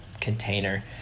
container